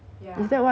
that's true